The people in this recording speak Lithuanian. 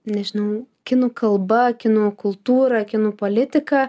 nežinau kinų kalba kinų kultūra kinų politika